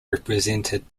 represented